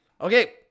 Okay